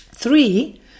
Three